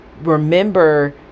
remember